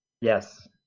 yes